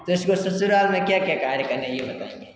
तो उसको ससुराल में क्या क्या कार्य करने हैं ये बताएंगे